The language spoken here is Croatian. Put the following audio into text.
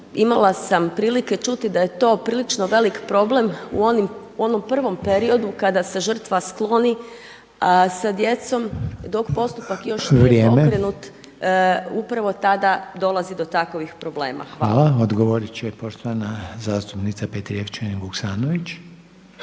imala sam prilike čuti da je to prilično velik problem u onom prvom periodu kada se žrtva skloni sa djecom dok postupak još nije okrenut …/Upadica Reiner: Vrijeme./… upravo tada dolazi do takovih problema. Hvala. **Reiner, Željko (HDZ)** Hvala. Odgovorit će poštovana zastupnica Petrijevčanin-Vuksavnović.